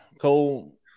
Cole